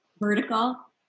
vertical